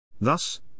Thus